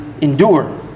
endure